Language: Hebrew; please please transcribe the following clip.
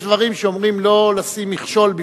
יש דברים שאומרים: לא לשים מכשול.